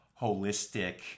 holistic